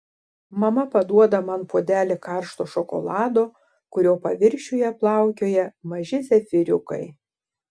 mama paduoda man puodelį karšto šokolado kurio paviršiuje plaukioja maži zefyriukai